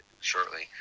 shortly